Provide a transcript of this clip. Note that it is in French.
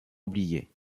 oublié